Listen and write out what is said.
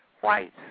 white